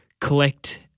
collect